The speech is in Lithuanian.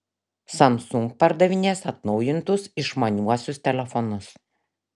samsung pardavinės atnaujintus išmaniuosius telefonus